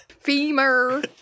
Femur